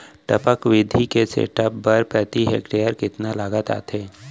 टपक विधि के सेटअप बर प्रति हेक्टेयर कतना लागत आथे?